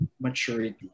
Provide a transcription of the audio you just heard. maturity